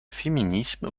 féminisme